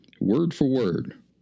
word-for-word